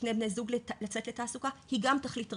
לשני בני זוג לצאת לתעסוקה - היא גם תכלית ראויה.